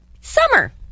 Summer